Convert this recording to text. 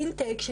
באינטייק,